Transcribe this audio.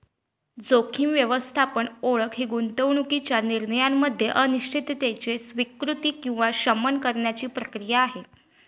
जोखीम व्यवस्थापन ओळख ही गुंतवणूकीच्या निर्णयामध्ये अनिश्चिततेची स्वीकृती किंवा शमन करण्याची प्रक्रिया आहे